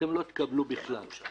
אתם לא תקבלו בכלל.